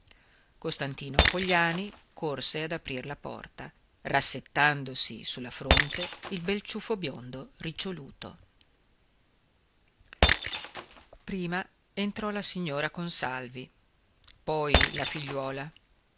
costantino pogliani corse ad aprir la porta rassettandosi su la fronte il bel ciuffo biondo riccioluto prima entrò la signora consalvi poi la figliuola